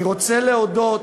אני רוצה להודות